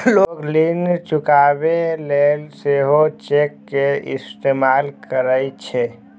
लोग ऋण चुकाबै लेल सेहो चेक के इस्तेमाल करै छै